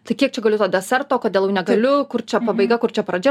tai kiek čia galiu to deserto kodėl jau negaliu kur čia pabaiga kur čia pradžia